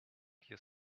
you